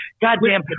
goddamn